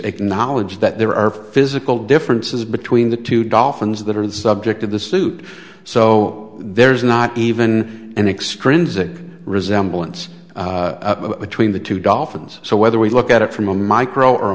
acknowledge that there are physical differences between the two dolphins that are the subject of the suit so there is not even an extra resemblance between the two dolphins so whether we look at it from a micro or